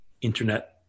internet